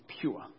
pure